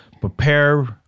prepare